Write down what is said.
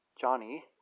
Johnny